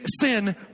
sin